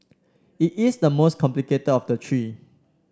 it is the most complicated of the three